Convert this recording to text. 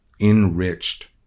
enriched